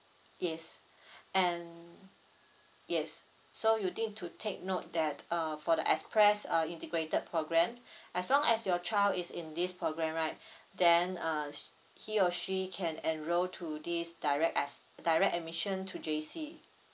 yes and yes so you need to take note that uh for the express uh integrated programme as long as your child is in this programme right then uh sh~ he or she can enrol to this direct as direct admission to J_C